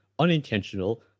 unintentional